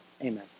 Amen